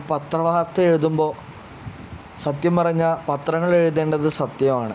പത്ര വാർത്ത എഴുതുമ്പോൾ സത്യം പറഞ്ഞാൽ പത്രങ്ങൾ എഴുതേണ്ടത് സത്യമാണ്